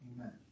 Amen